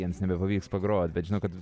jiems nebepavyks pagrot bet žinau kad